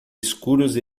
escuros